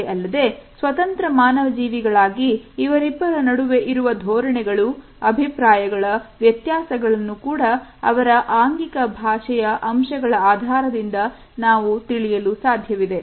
ಅಷ್ಟೇ ಅಲ್ಲದೆ ಸ್ವತಂತ್ರ ಮಾನವಜೀವಿಗಳ ಆಗಿ ಇವರಿಬ್ಬರ ನಡುವೆ ಇರುವ ಧೋರಣೆಗಳು ಅಭಿಪ್ರಾಯಗಳ ವ್ಯತ್ಯಾಸಗಳನ್ನು ಕೂಡ ಅವರ ಆಂಗಿಕ ಭಾಷೆಯ ಅಂಶಗಳ ಆಧಾರದಿಂದ ನಾವು ತಿಳಿಯಲು ಸಾಧ್ಯವಿದೆ